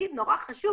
תפקיד נורא חשוב